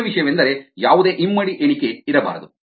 ಮುಖ್ಯ ವಿಷಯವೆಂದರೆ ಯಾವುದೇ ಇಮ್ಮಡಿ ಎಣಿಕೆ ಇರಬಾರದು